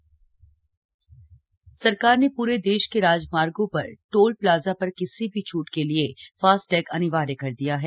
फ़ास्टैग सरकार ने प्रे देश के राजमार्गो पर टोल प्लाजा पर किसी भी छुट के लिए फास्टैग अनिवार्य कर दिया है